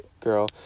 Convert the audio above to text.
girl